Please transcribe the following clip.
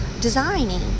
designing